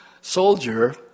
soldier